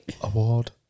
award